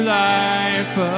life